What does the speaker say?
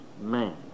man